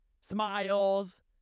smiles